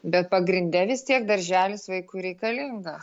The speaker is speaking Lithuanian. bet pagrinde vis tiek darželis vaikui reikalinga